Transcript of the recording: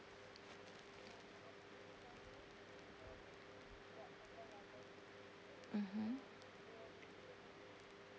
mmhmm